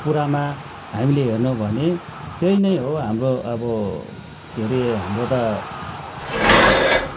कुरामा हामीले हेर्नु हो भने त्यही नै हाम्रो अब के अरे हाम्रो त